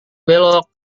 belok